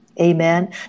Amen